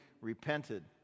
repented